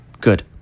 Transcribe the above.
Good